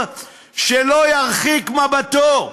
שלא ירחיק מבטו,